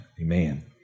Amen